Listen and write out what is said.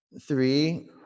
three